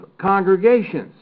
congregations